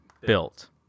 built